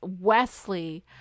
Wesley